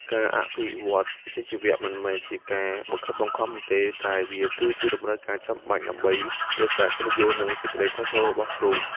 ការអភិវឌ្ឍវិជ្ជាជីវៈមិនមែនជាការបង្ខិតបង្ខំនោះទេតែវាគឺជាតម្រូវការចាំបាច់ដើម្បីរក្សាកិត្តិយសនិងសេចក្តីថ្លៃថ្នូររបស់គ្រូ។